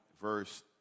verse